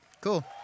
Cool